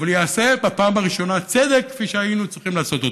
אבל ייעשה בפעם הראשונה צדק כפי שהיינו צריכים לעשות אותו,